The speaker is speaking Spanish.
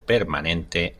permanente